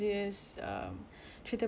yang seram I wouldn't say seram